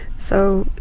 so,